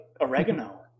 oregano